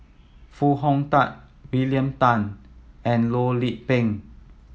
Foo Hong Tatt William Tan and Loh Lik Peng